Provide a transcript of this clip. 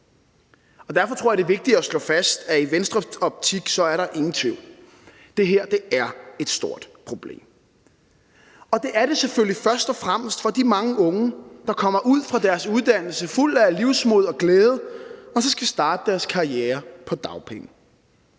derfor tror jeg, at det er vigtigt at slå fast, at i Venstres optik er der ingen tvivl: Det her er et stort problem. Og det er det selvfølgelig først og fremmest for de mange unge, der kommer ud fra deres uddannelse fulde af livsmod og glæde – og så skal starte deres karriere på dagpenge.